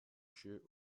jeux